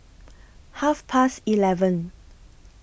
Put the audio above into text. Half Past eleven